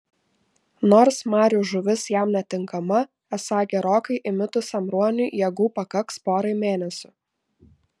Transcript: nors marių žuvis jam netinkama esą gerokai įmitusiam ruoniui jėgų pakaks porai mėnesių